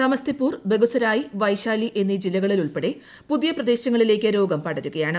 സമസ്തിപൂർ ബഗുസരായി വൈശാലി എന്നീ ജില്ലകളിൽ ഉൾപ്പെടെ പുതിയ പ്രദേശങ്ങളിലേക്ക് രോഗം പടരുകയാണ്